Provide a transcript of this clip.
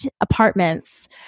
apartments